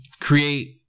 create